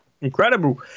incredible